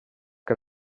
que